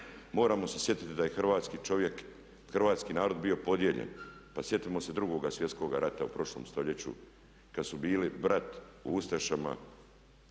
Moramo se sjetiti da je hrvatski čovjek, hrvatski narod bio podijeljen. Pa sjetimo se 2. svjetskog rata u prošlom stoljeću kad su bili brat u ustašama